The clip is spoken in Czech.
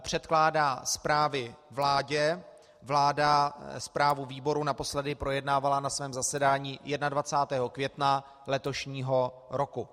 Předkládá zprávy vládě, vláda zprávu výboru naposledy projednávala na svém zasedání 21. května letošního roku.